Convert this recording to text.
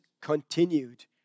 continued